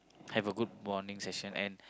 have a good bonding session and